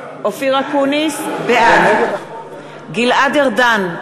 אקוניס, בעד גלעד ארדן,